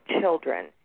children